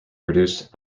produced